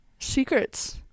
Secrets